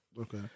Okay